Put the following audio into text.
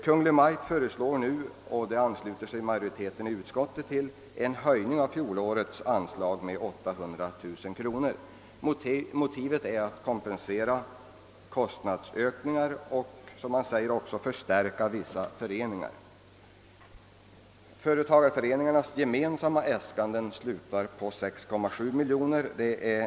Kungl. Maj:t föreslår nu, och utskottsmajoriteten ansluter sig härtill, en ökning av fjolårets anslag med 800 000 kronor. Motivet är att kompensera kostnadsökningar och, som man säger, även att förstärka vissa föreningar. Företagareföreningarnas gemensamma äskanden slutar på 6,7 miljoner kronor.